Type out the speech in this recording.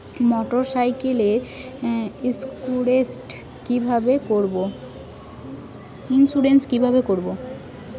মোটরসাইকেলের ইন্সুরেন্স কিভাবে করব?